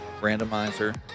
randomizer